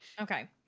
Okay